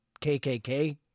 KKK